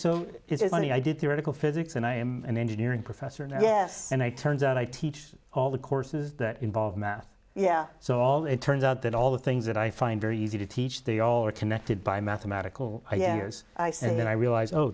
it's money i did theoretical physics and i am an engineering professor and yes and i turns out i teach all the courses that involve math yeah so all it turns out that all the things that i find very easy to teach they all are connected by mathematical i am yours and then i realized oh